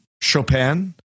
Chopin